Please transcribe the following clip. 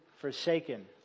forsaken